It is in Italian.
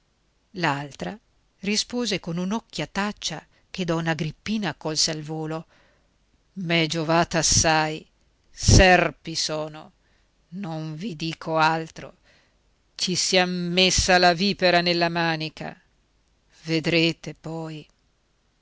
l'altra rispose con un'occhiataccia che donna agrippina colse al volo m'è giovata assai serpi sono non vi dico altro ci siam messa la vipera nella manica vedrete poi